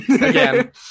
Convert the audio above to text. again